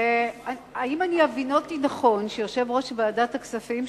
האם הבינותי נכון שיושב-ראש ועדת הכספים,